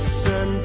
sun